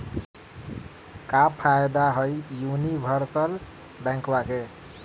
क्का फायदा हई यूनिवर्सल बैंकवा के?